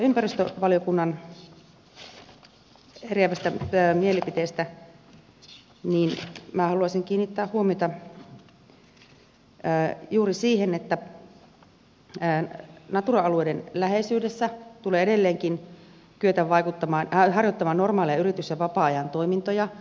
no mitä tulee ympäristövaliokunnan eriävään mielipiteeseen niin minä haluaisin kiinnittää huomiota juuri siihen että natura alueiden läheisyydessä tulee edelleenkin kyetä harjoittamaan normaaleja yritys ja vapaa ajan toimintoja